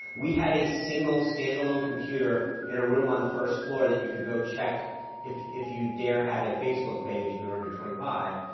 we had a single standalone computer in a room on the first floor that you could go check if if you dare had a facebook page, if you were under twenty five.